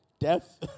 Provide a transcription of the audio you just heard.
Death